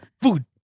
Food